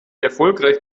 erfolgreich